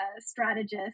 strategist